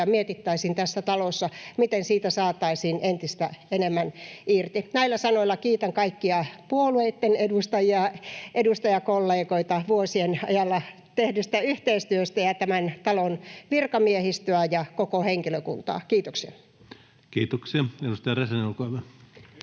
mietittäisiin tässä talossa, miten siitä saataisiin entistä enemmän irti. Näillä sanoilla kiitän kaikkien puolueitten edustajia, edustajakollegoita vuosien ajalla tehdystä yhteistyöstä ja tämän talon virkamiehistöä ja koko henkilökuntaa. — Kiitoksia. [Jukka Gustafsson: Erinomainen